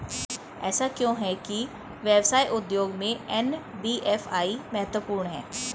ऐसा क्यों है कि व्यवसाय उद्योग में एन.बी.एफ.आई महत्वपूर्ण है?